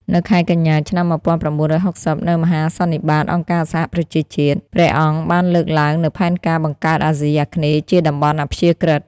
នៅខែកញ្ញា ឆ្នាំ១៩៦០ នៅមហាសន្និបាតអង្គការសហប្រជាជាតិ ព្រះអង្គបានលើកឡើងនូវផែនការបង្កើតអាស៊ីអាគ្នេយ៍ជាតំបន់អព្យាក្រឹត។